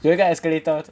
有一个 escalator